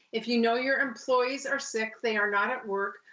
if you know your employees are sick, they are not at work.